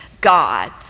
God